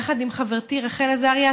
יחד עם חברתי רחל עזריה,